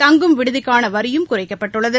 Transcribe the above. தங்கும் விடுதிக்கான வரியும் குறைக்கப்பட்டுள்ளது